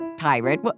pirate